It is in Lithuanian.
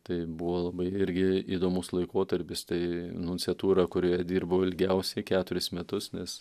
tai buvo labai irgi įdomus laikotarpis tai nunciatūro kurioje dirbau ilgiausiai keturis metus mnes